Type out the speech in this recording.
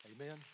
Amen